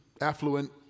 affluent